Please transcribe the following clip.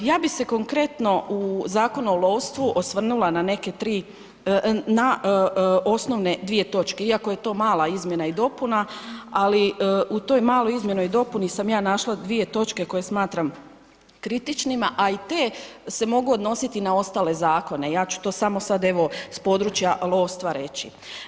Ja bi se konkretno u Zakonu o lovstvu osvrnula na osnovne dvije točke iako je to mala izmjena i dopuna, ali u toj maloj izmjeni i dopuni sam aj našla dvije točke koje smatram kritičnima a i te se mogu odnositi na ostale zakone, ja ću to samo sad evo s područja lovstva reći.